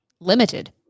limited